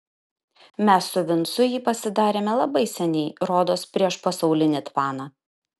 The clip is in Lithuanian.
mes su vincu jį pasidarėme labai seniai rodos prieš pasaulinį tvaną